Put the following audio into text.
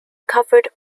covered